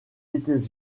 états